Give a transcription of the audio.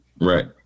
right